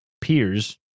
peers